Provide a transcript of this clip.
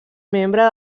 membre